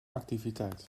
activiteit